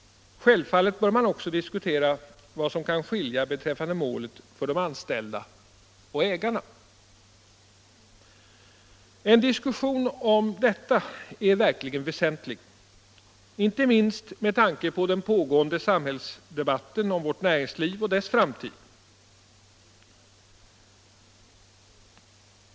Självfallet bör man också diskutera vad som kan skilja beträffande målet för de anställda och ägarna. En diskussion om detta är verkligen väsentlig, inte minst med tanke på den pågående debatten om vårt näringsliv och dess framtid.